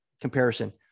comparison